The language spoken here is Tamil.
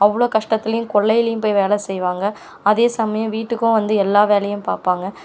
அவ்வளோ கஷ்டத்திலையும் கொல்லையிலும் போய் வேலை செய்வாங்க அதே சமயம் வீட்டுக்கும் வந்து எல்லா வேலையும் பார்ப்பாங்க